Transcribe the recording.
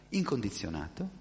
incondizionato